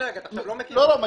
אתה לא מכיר אותי?